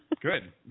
Good